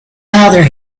either